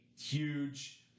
huge